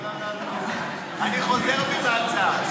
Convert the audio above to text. אני חוזר בי מההצעה.